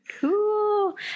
Cool